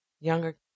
younger